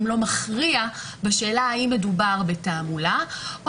אם לא מכריע בשאלה האם מדובר בתעמולה או